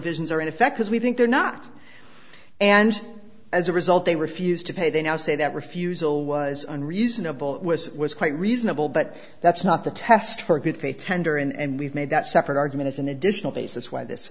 provisions are in effect as we think they're not and as a result they refused to pay they now say that refusal was unreasonable was was quite reasonable but that's not the test for good faith tender and we've made that separate argument as an additional basis why this